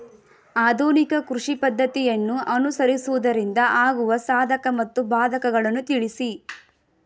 ಆಧುನಿಕ ಕೃಷಿ ಪದ್ದತಿಯನ್ನು ಅನುಸರಿಸುವುದರಿಂದ ಆಗುವ ಸಾಧಕ ಮತ್ತು ಬಾಧಕಗಳನ್ನು ತಿಳಿಸಿ?